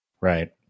right